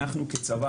אנחנו כצבא,